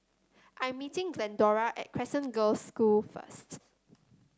i am meeting Glendora at Crescent Girls' School first